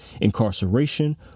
incarceration